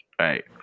right